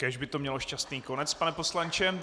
Kéž by to mělo šťastný konec, pane poslanče.